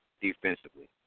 defensively